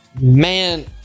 Man